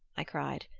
i cried,